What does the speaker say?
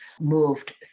moved